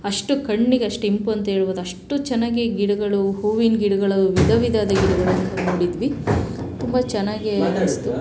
ಅಷ್ಟು ಕಣ್ಣಿಗಷ್ಟು ಇಂಪು ಅಂತ ಹೇಳ್ಬೋದು ಅಷ್ಟು ಚೆನ್ನಾಗಿ ಗಿಡಗಳು ಹೂವಿನ ಗಿಡಗಳು ವಿಧ ವಿಧ ನೋಡಿದ್ವಿ ತುಂಬ ಚೆನ್ನಾಗಿ